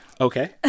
Okay